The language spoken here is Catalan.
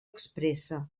expressa